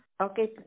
Okay